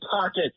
pocket